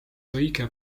õige